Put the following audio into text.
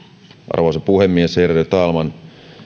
arvoisa puhemies ärade talman